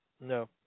No